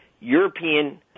European